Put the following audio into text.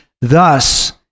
thus